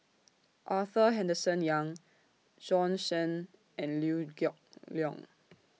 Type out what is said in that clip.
Arthur Henderson Young Bjorn Shen and Liew Geok Leong